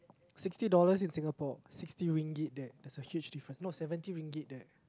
sixty dollars in Singapore sixty ringgit there that's a huge difference no seventy ringgit there